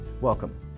welcome